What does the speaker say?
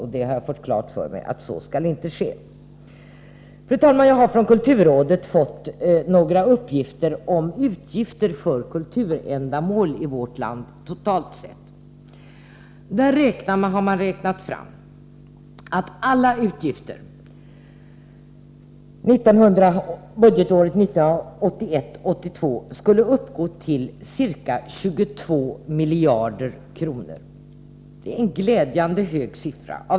Men nu har jag fått klart för mig att så inte skall ske. Fru talman! Från kulturrådet har jag fått några uppgifter om utgifter för kulturändamål i vårt land, totalt sett. Man har räknat fram att alla utgifter budgetåret 1981/82 skulle uppgå till ca 2,2 miljarder kronor. Det är en glädjande hög siffra.